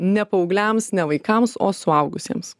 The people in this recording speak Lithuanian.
ne paaugliams ne vaikams o suaugusiems